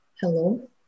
Hello